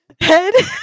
head